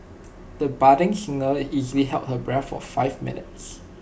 the budding singer easily held her breath for five minutes